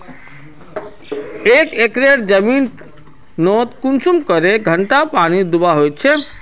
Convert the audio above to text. एक एकर जमीन नोत कुंसम करे घंटा पानी दुबा होचए?